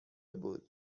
بود